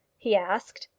he asked.